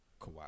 Kawhi